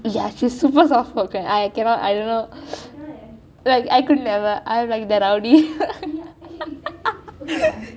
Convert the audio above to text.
ya she is super soft spoken I cannot I don't know like I could never I will be like that audi